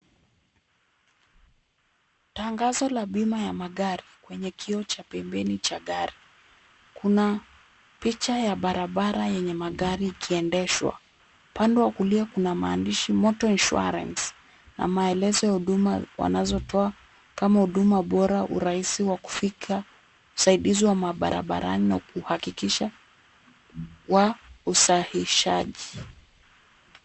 Tangazo la bima ya magari kwenye kioo cha pembeni cha gari. Kuna picha ya barabara yenye magari ikiendeshwa. Pande wa kulia kuna maandishi motor insurance na maelezo ya huduma wanazotoa kama huduma bora, urahisi wa kufika, usaidizi wa mabarabarani na kuhakikisha wa usahishaji.